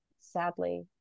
sadly